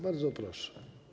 Bardzo proszę.